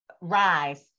rise